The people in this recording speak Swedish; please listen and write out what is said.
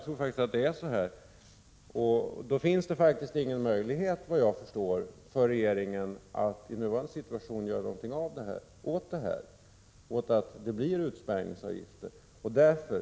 Då finns det såvitt jag förstår ingen möjlighet för regeringen att i nuvarande situation göra någonting åt detta att det blir utspärrningsavgifter.